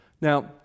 Now